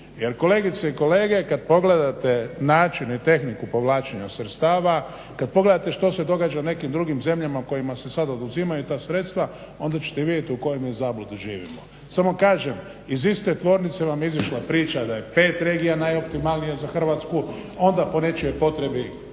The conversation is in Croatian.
Jer kolegice i kolege, kad pogledate načine i tehniku povlačenja sredstava, kad pogledate što se događa nekim drugim zemljama kojima se sad oduzimaju ta sredstva onda ćete vidjet u kojoj mi zabludi živimo. Samo kažem, iz iste tvornice vam izišla priča da je 5 regija najoptimalnije za Hrvatsku, onda po nečijoj potrebi